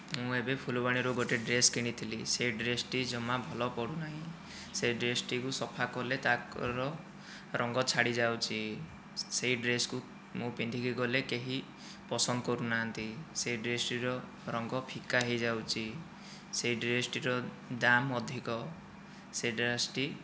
ମୁଁ ଏବେ ଫୁଲବାଣୀରୁ ଗୋଟିଏ ଡ୍ରେସ୍ କିଣିଥିଲି ସେ ଡ୍ରେସ୍ଟି ଜମା ଭଲ ପଡ଼ୁନାହିଁ ସେ ଡ୍ରେସ୍ଟିକୁ ସଫା କଲେ ତାହାର ରଙ୍ଗ ଛାଡ଼ି ଯାଉଛି ସେହି ଡ୍ରେସ୍କୁ ମୁଁ ପିନ୍ଧିକି ଗଲେ କେହି ପସନ୍ଦ କରୁନାହାନ୍ତି ସେ ଡ୍ରେସ୍ଟିର ରଙ୍ଗ ଫିକା ହୋଇଯାଉଛି ସେହି ଡ୍ରେସ୍ଟିର ଦାମ ଅଧିକ ସେ ଡ୍ରେସ୍ଟି